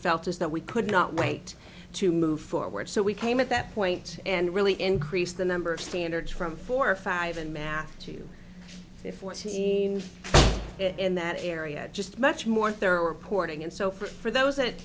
felt as though we could not wait to move forward so we came at that point and really increased the number of standards from four or five in math to if one scene in that area just much more thorough reporting and so for those